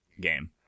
game